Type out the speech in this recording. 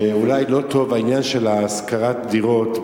שאולי לא טוב העניין של השכרת הדירות,